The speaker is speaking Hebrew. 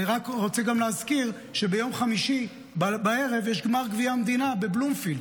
אני רק רוצה גם להזכיר שביום חמישי בערב יש גמר גביע המדינה בבלומפילד,